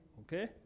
Okay